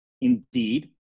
Indeed